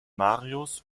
marius